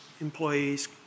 employees